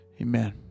Amen